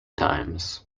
times